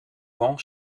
vents